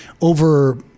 over